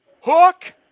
Hook